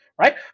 Right